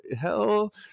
hell